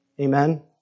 Amen